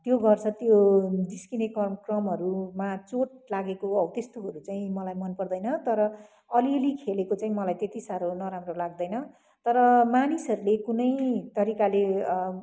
त्यो गर्छ त्यो जिस्किने क्रम क्रमहरूमा चोट लागेको अब त्यस्तोहरू चाहिँ मलाई मनपर्दैन तर अलिअलि खेलेको चाहिँ मलाई त्यति साह्रो नराम्रो लाग्दैन तर मानिसहरूले कुनै तरिकाले